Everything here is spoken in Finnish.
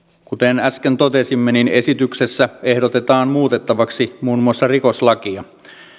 kuten äsken totesimme esityksessä ehdotetaan muutettavaksi muun muassa rikoslakia